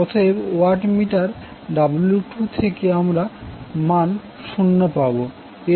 অতএব watt meter W2 থেকে আমরা মান 0 পাবো